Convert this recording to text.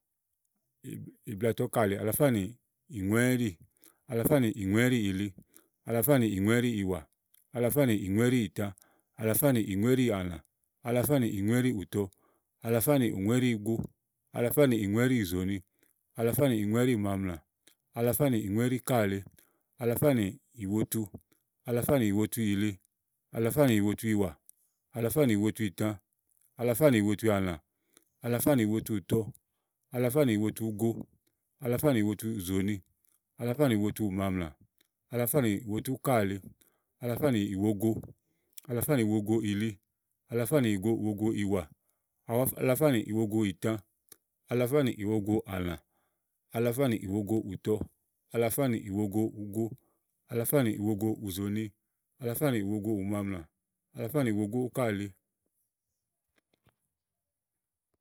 îblatɔ̀úkàli, alafá nì ìŋúɛ́ɖì, alafá nì ìŋúɛ́ɖììli, alafá nì ìŋúɛ́ɖììwà, alafá nì ìŋúɛ́ɖììtà, alafá nì ìŋúɛ́ɖì àlà, alafá nì ìŋúɛ́ɖìùtɔ, alafá nì ìŋúɛ́ɖìugo, alafá nì ìŋúɛ́ɖìùzòni, alafá nì ìŋúɛ́ɖiùmaamlà, alafá nì ìŋúɛ́ɖìúkàli, alafá nì ìwotu, alafá nì ìwotuìli, alafá nì ìwotuìwà, alafá nì ìwotuìtã, alafá nì ìwotu àlà, alafá nì ìwotuùtɔ, alafá nì ìwotuugo, alafá nì ìwotu ùzòòni, alafá nì ìwotu ùmaamlà, alafá nì ìwotu úkali, alafá nì ìwogo, alafá nì ìwogoìli, alafá nì ìwogoìwà, alafá nì ìwogoìtà, alafá nì ìwogòolã, alafá nì ìwogoùtɔ, alafá nì ìwogougo, alafá nì ìwogo ùzòòni, alafá nì ìwogoùmaamlà, alafá nì ìwogoúkàli.